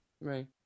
Right